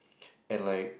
and like